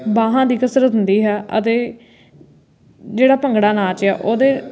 ਬਾਹਾਂ ਦੀ ਕਸਰਤ ਹੁੰਦੀ ਹੈ ਅਤੇ ਜਿਹੜਾ ਭੰਗੜਾ ਨਾਚ ਆ ਉਹਦੇ